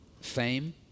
fame